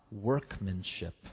workmanship